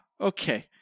Okay